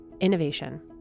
innovation